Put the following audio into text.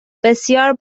بسیار